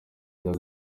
meddy